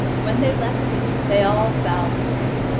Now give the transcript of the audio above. when they left him, they all bowed to him,